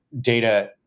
data